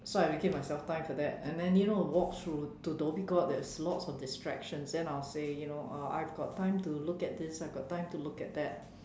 so I'm making myself time for that and then you know walk trough to Dhoby Ghaut there's lots of distractions then I'll say you know uh I've got time to look at this I've got time to look at that